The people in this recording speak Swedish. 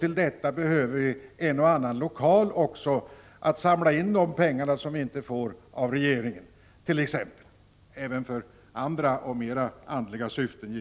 Till detta behöver vi också en och annan lokal, som vi kan använda när vi arbetar för att samla in de pengar som vi inte får av regeringen — och givetvis även för andra och mera andliga syften.